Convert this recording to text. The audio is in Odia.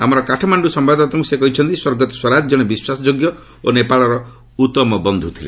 ଆମର କାଠମାଣ୍ଡୁ ସମ୍ଭାଦଦାତାଙ୍କୁ ସେ କହିଛନ୍ତି ସ୍ୱର୍ଗତ ସ୍ୱରାଜ ଜଣେ ବିଶ୍ୱାସ ଯୋଗ୍ୟ ଓ ନେପାଳର ଉତ୍ତମ ବନ୍ଧ ଥିଲେ